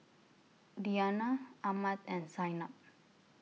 Diyana Ahmad and Zaynab